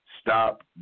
stop